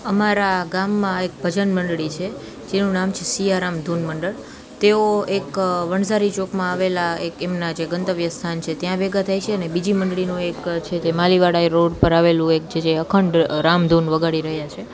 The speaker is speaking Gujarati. અમારા ગામમાં એક ભજન મંડળી છે જેનું નામ છે સિયારામ ધૂન મંડળ તેઓ એક વણઝારી ચોકમાં આવેલાં એક એમનાં જે ગંતવ્ય સ્થાન છે ત્યાં ભેગાં થાય છે બીજી મંડળીનો એક છે તે માલીવાળા એ રોડ પર આવેલું એક છે જે અખંડ રામ ધૂન વગાડી રહ્યા છે